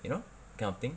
you know kind of thing